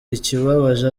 ikibabaje